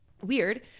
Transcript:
weird